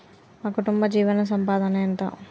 మా కుటుంబ జీవన సంపాదన ఎంత?